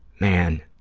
man,